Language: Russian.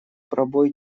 пробой